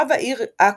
רב העיר עכו,